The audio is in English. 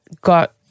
got